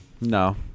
No